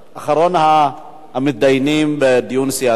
אחרון המתדיינים בדיון סיעתי,